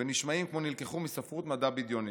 שנשמעים כמו נלקחו מספרות מדע בדיוני,